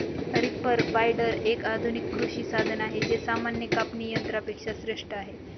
reaper binder, एक आधुनिक कृषी साधन आहे जे सामान्य कापणी यंत्रा पेक्षा श्रेष्ठ आहे